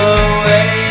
away